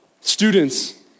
Students